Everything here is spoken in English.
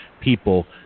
people